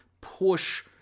push